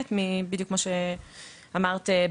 בדיוק כמו שאמרת,